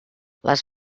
les